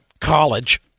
college